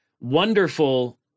Wonderful